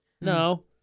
No